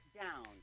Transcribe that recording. down